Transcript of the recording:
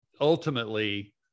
ultimately